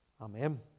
Amen